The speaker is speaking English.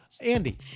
Andy